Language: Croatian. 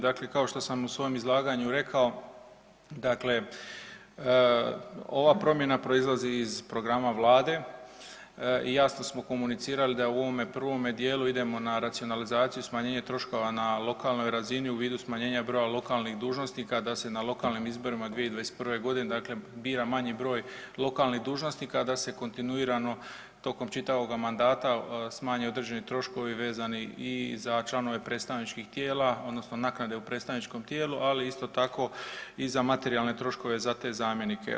Dakle, kao što sam u svom izlaganju rekao, dakle ova promjena proizlazi iz programa vlade i jasno smo komunicirali da u ovome prvome dijelu idemo na racionalizaciju i smanjenje troškova na lokalnoj razini u vidu smanjenja broja lokalnih dužnosnika da se na lokalnim izborima 2021.g., dakle bira manji broj lokalnih dužnosnika, da se kontinuirano tokom čitavoga mandata smanje određeni troškovi vezani i za članove predstavničkih tijela odnosno naknade u predstavničkom tijelu, ali isto tako i za materijalne troškove za te zamjenike.